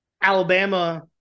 Alabama –